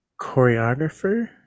choreographer